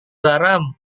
garam